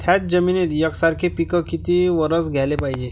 थ्याच जमिनीत यकसारखे पिकं किती वरसं घ्याले पायजे?